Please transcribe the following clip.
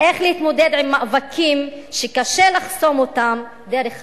איך להתמודד עם מאבקים שקשה לחסום אותם דרך חקיקה.